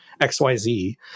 xyz